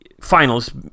finals